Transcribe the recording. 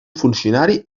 funcionari